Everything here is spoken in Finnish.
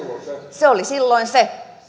se oli silloin se